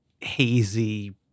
hazy